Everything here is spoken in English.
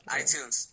iTunes